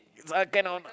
but cannot